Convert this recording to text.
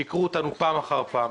שיקרו לנו פעם אחר פעם.